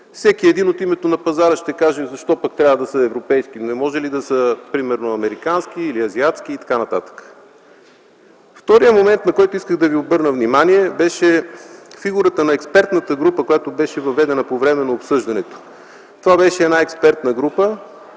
Всеки от името на пазара ще каже: „Защо пък трябва да са европейски? Не може ли да са примерно американски, азиатски и така нататък?!” Вторият момент, на който исках да ви обърна внимание, беше фигурата на експертната група, която беше въведена по време на обсъждането. Това беше експертна група,